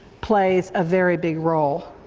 plays a very big role.